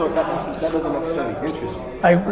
that doesn't necessarily interest